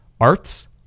arts